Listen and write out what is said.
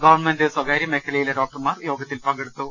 government സ്വകാര്യ മേഖലയിലെ ഡോക്ടർമാർ യോഗ ത്തിൽ പങ്കെടുത്തു